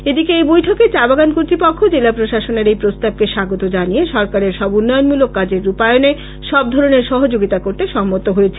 এদিকে এই বৈঠকে চাবাগান কর্তৃপক্ষ জেলাপ্রশাসনের এই প্রস্তাবকে স্বাগত জানিয়ে সরকারের সব উন্নয়নমলক কাজের রূপায়ণে সবধরণের সহযোগিতা করতে সম্মত হয়েছেন